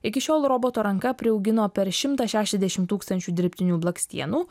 iki šiol roboto ranka priaugino per šimtą šešiasdešim tūkstančių dirbtinių blakstienų